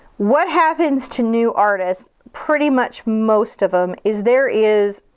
what happens to new artists, pretty much most of them, is there is,